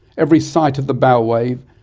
every sight of the bow wave,